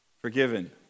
forgiven